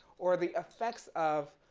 or the effects of